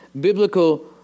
biblical